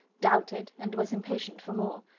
doubted, and was impatient for more.